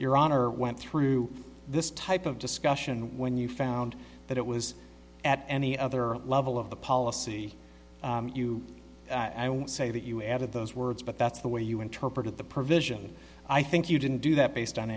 your honor went through this type of discussion when you found that it was at any other level of the policy you say that you added those words but that's the way you interpreted the provision i think you didn't do that based on